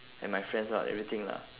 and my friends lah everything lah